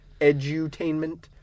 edutainment